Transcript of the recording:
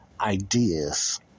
ideas